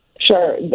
Sure